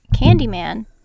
Candyman